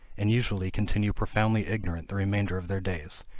and usually continue profoundly ignorant the remainder of their days,